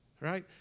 right